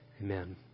Amen